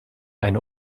eine